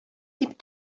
дип